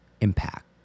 impact